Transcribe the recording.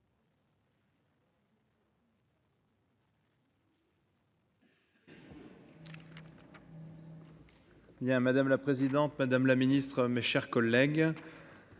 Madame la présidente, madame la ministre, mes chers collègues,